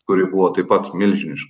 kuri buvo taip pat milžiniška